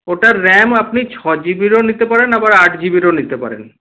ওটার র্যাম আপনি ছ জিবিরও নিতে পারেন আবার আট জিবিরও নিতে পারেন